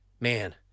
man